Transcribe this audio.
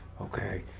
okay